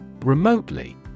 Remotely